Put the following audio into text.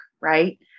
right